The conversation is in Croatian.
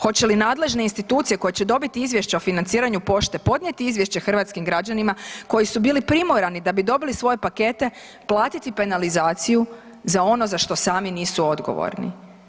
Hoće li nadležne institucije koje će dobiti izvješća o financiranju Pošte podnijeti izvješće hrvatskim građanima koji su bili primorani da bi dobili svoje pakete platiti penalizaciju za ono za što sami nisu odgovorni?